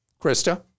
Krista